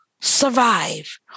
survive